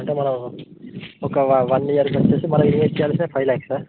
అంటే మనం ఒక వన్ ఇయర్కి వచ్చేసి మనం ఎర్న్ చేయాలంటే ఫైవ్ ల్యాక్సా